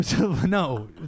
no